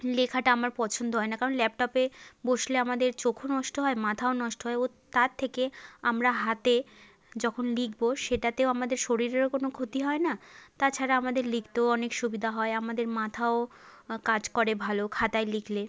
লেখাটা আমার পছন্দ হয় না কারণ ল্যাপটপে বসলে আমাদের চোখও নষ্ট হয় মাথাও নষ্ট হয় ও তার থেকে আমরা হাতে যখন লিখবো সেটাতেও আমাদের শরীরেরও কোনো ক্ষতি হয় না তাছাড়া আমাদের লিখতেও অনেক সুবিধা হয় আমাদের মাথাও কাজ করে ভালো খাতায় লিখলে